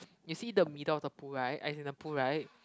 you see the middle of the pool right as in the pool right